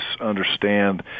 understand